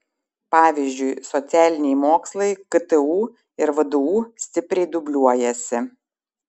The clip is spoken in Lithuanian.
pavyzdžiui socialiniai mokslai ktu ir vdu stipriai dubliuojasi